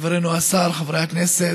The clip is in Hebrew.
חברנו השר, חברי הכנסת,